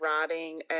writing